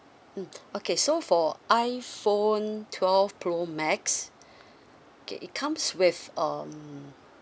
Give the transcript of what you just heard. mm okay so for iphone twelve pro max K it comes with um